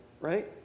right